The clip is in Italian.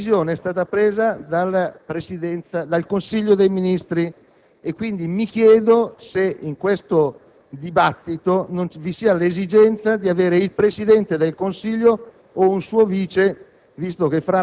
ma la decisione è stata presa dal Consiglio dei ministri. Quindi, mi chiedo se in questo dibattito non vi sia l'esigenza di avere il Presidente del Consiglio o un suo vice,